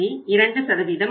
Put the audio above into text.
2 ஆகும்